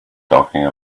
talking